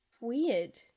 weird